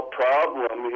problem